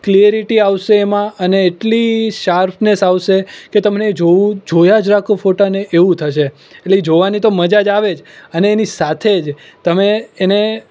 clarity આવશે એમાં અને એટલી શાર્પનેસ આવશે કે તેમને જોવું જોયા જ રાખું ફોટાને એવું થશે એટલે એ જોવાની તો મજા જ આવે જ અને એની સાથે જ તમે એને